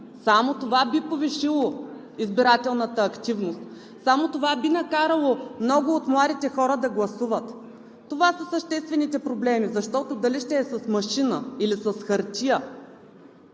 само това би повишило избирателната активност, само това би накарало много от младите хора да гласуват. Това са съществените проблеми. Защото дали ще е с машина, или с хартия,